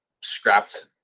scrapped